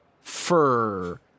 fur